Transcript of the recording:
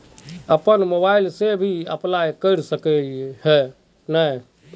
अपन मोबाईल से भी अप्लाई कर सके है नय?